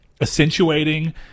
accentuating